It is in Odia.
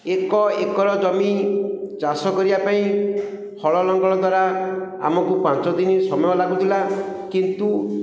ଏକ ଏକର ଜମି ଚାଷ କରିବା ପାଇଁ ହଳ ଲଙ୍ଗଳ ଦ୍ୱାରା ଆମକୁ ପାଞ୍ଚ ଦିନ ସମୟ ଲାଗୁଥିଲା କିନ୍ତୁ